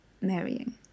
marrying